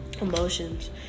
emotions